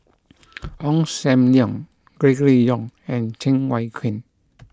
Ong Sam Leong Gregory Yong and Cheng Wai Keung